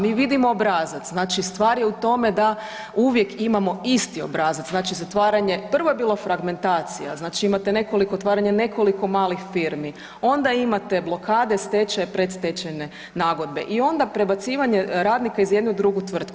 Mi vidimo obrazac, znači stvar je u tome da uvijek imamo isti obrazac, znači zatvaranje, prvo je bilo fragmentacija, znači imate nekoliko otvaranja nekoliko malih firmi, onda imate blokade, stečaje, predstečajne nagodbe i onda prebacivanje radnika iz jedne u drugu tvrtku.